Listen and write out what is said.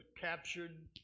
captured